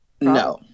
No